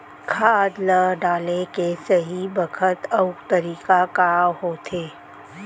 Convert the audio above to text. खाद ल डाले के सही बखत अऊ तरीका का होथे?